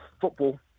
football